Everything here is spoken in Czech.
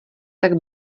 tak